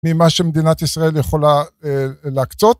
ממה שמדינת ישראל יכולה להקצות.